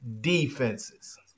defenses